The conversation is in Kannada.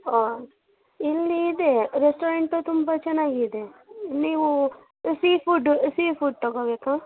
ಹಾಂ ಇಲ್ಲಿ ಇದೆ ರೆಸ್ಟೋರೆಂಟು ತುಂಬ ಚೆನ್ನಾಗಿದೆ ನೀವು ಸೀಫುಡ್ ಸೀಫುಡ್ ತೊಗೋಬೇಕು